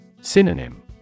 Synonym